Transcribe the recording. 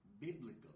biblical